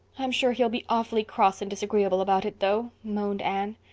i'm sure he'll be awfully cross and disagreeable about it, though, moaned anne.